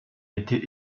été